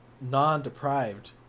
non-deprived